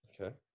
Okay